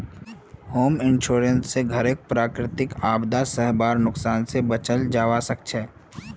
home insurance स घरक प्राकृतिक आपदा स हबार नुकसान स बचाल जबा सक छह